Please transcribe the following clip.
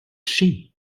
she